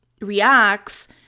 reacts